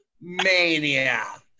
Mania